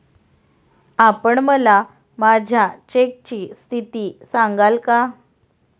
आपण मला माझ्या चेकची स्थिती सांगाल का?